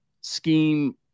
scheme